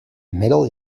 middle